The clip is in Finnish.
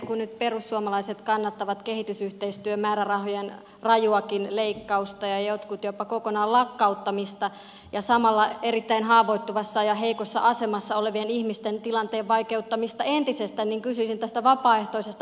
kun nyt perussuomalaiset kannattavat kehitysyhteistyömäärärahojen rajuakin leikkausta ja jotkut jopa kokonaan lakkauttamista ja samalla erittäin haavoittuvassa ja heikossa asemassa olevien ihmisten tilanteen vaikeuttamista entisestään niin kysyisin tästä vapaaehtoisesta mallista